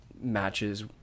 matches